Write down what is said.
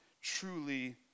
truly